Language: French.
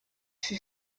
fut